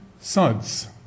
Suds